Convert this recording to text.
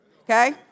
okay